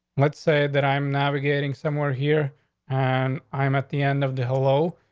let's say that i'm navigating somewhere here and i'm at the end of the hello.